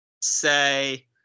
say